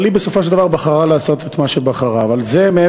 אבל היא, בסופו של דבר, בחרה לעשות את מה שבחרה.